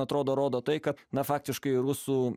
atrodo rodo tai kad na faktiškai rusų